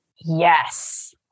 Yes